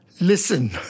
listen